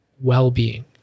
well-being